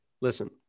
listen